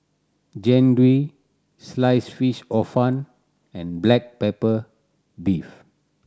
Jian Dui slice fish Hor Fun and black pepper beef